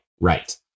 right